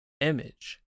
image